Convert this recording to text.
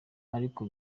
ariko